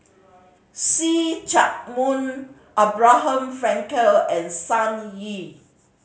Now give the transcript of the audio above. See Chak Mun Abraham Frankel and Sun Yee